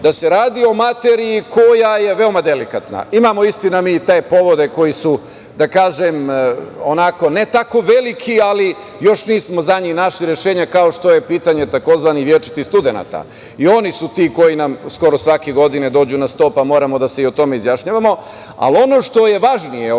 da se radi o materiji koja je veoma delikatna. Imamo, istina, mi te povode koji su, da kažem, ne tako veliki, ali još nismo za njih našli rešenje, kao što je pitanje tzv. večitih studenata. I oni su ti koji nam skoro svake godine dođu na sto, pa moramo da se i o tome izjašnjavamo. Ali ono što je važnije